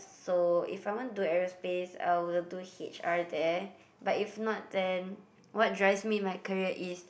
so if I want do aerospace I will do H_R there but if not then what drives me in my career is